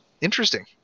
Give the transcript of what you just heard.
interesting